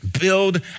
Build